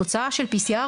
התוצאה של ה-PCR,